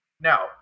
Now